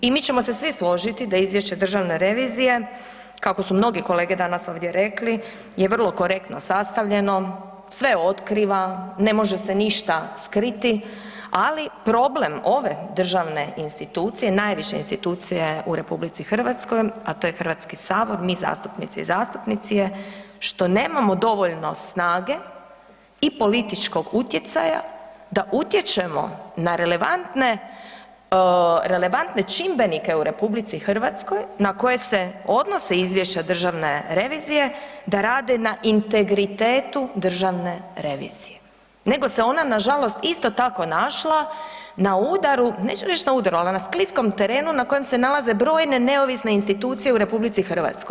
I mi ćemo se svi složiti da izvješće državne revizije, kako su mnogi kolege ovdje rekli je vrlo korektno sastavljeno, sve otkriva, ne može se ništa skriti, ali problem ove državne institucije, najviše institucije u RH, a to je HS, mi zastupnice i zastupnici je što nemamo dovoljno snage i političkog utjecaja da utječemo na relevantne, relevantne čimbenike u RH na koje se odnose izvješća državne revizije da rade na integritetu državne revizije, nego se ona nažalost isto tako našla na udaru, neću reć na udaru, al na skliskom terenu na kojem se nalaze brojne neovisne institucije u RH.